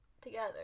together